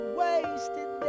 wasted